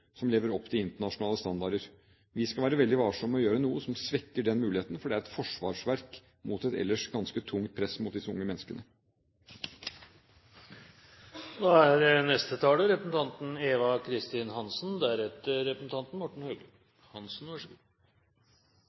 som lever opp til internasjonale standarder. Vi skal være veldig varsomme med å gjøre noe som svekker den muligheten, for det er et forsvarsverk mot et ellers ganske tungt press mot disse unge menneskene. Først vil jeg takke representanten Haugli for å ta opp en interpellasjon som omhandler de palestinske flyktningene. Det er